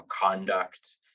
conduct